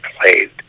played